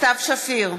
סתיו שפיר,